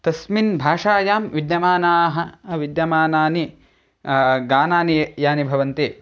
तस्यां भाषायां विद्यमानानि विद्यमानानि गीतानि यानि भवन्ति